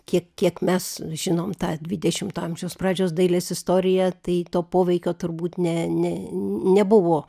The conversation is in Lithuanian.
kiek kiek mes žinom tą dvidešimto amžiaus pradžios dailės istoriją tai to poveikio turbūt ne ne nebuvo